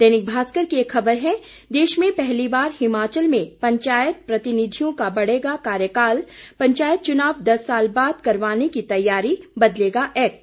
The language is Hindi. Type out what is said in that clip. दैनिक भास्कर की एक ख़बर है देश में पहली बार हिमाचल में पंचायत प्रतिनिधियों का बढ़ेगा कार्यकाल पंचायत चुनाव दस साल बाद करवाने की तैयारी बदलेगा एक्ट